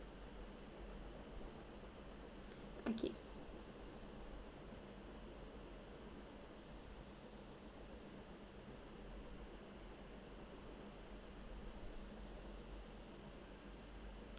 okay